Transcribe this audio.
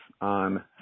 on